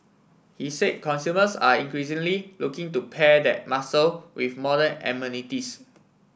he said consumers are increasingly looking to pair that muscle with modern amenities